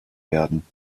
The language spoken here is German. werden